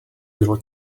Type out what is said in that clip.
bylo